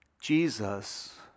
Jesus